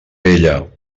vella